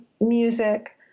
music